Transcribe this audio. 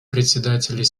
председателей